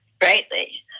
greatly